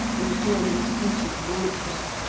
and the germans pressing on antwerp,